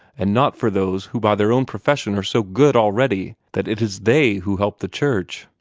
and not for those who by their own profession are so good already that it is they who help the church.